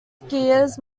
skiers